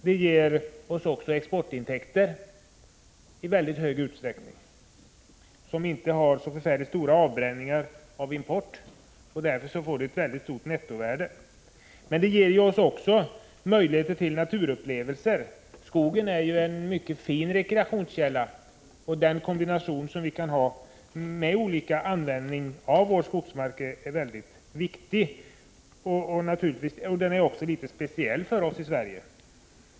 Den ger oss också mycket stora exportintäkter, som inte drabbas av så särskilt stora avbränningar i form av importinnehåll och som därför får ett mycket stort nettovärde. Men den ger oss också möjligheter till naturupplevelser. Skogen är ju en mycket fin rekreationskälla. Den kombinerade användning som vi har av våra skogsmarker är mycket viktig och något mycket speciellt för oss i Sverige.